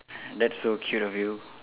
that's so cute of you